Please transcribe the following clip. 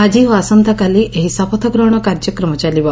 ଆକି ଓ ଆସନ୍ତାକାଲି ଏହି ଶପଥଗ୍ରହଶ କାର୍ଯ୍ୟକ୍ରମ ଚାଲିବ